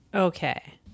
Okay